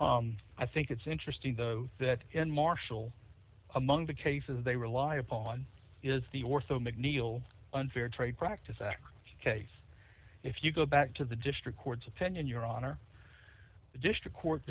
i think it's interesting though that in martial among the cases they rely upon is the ortho mcneil unfair trade practices act case if you go back to the district court's opinion your honor district court